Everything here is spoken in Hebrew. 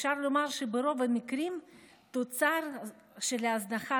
אפשר לומר שברוב המקרים תוצר של ההזנחה